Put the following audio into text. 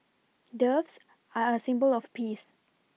doves are a symbol of peace